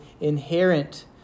inherent